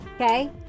Okay